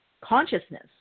consciousness